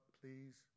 please